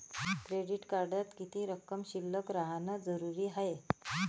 Credit कार्डात किती रक्कम शिल्लक राहानं जरुरी हाय?